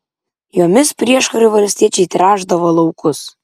jomis prieškariu valstiečiai tręšdavo laukus